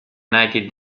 united